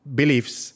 beliefs